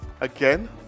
again